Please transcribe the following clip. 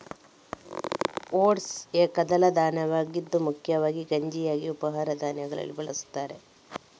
oats ಏಕದಳ ಧಾನ್ಯವಾಗಿದ್ದು ಮುಖ್ಯವಾಗಿ ಗಂಜಿಯಾಗಿ ಉಪಹಾರ ಧಾನ್ಯಗಳಲ್ಲಿ ಬಳಸುತ್ತಾರೆ